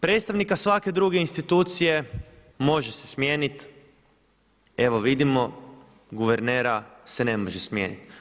Predstavnika svake druge institucije može se smijenit, evo vidimo guvernera se ne može smijenit.